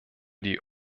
die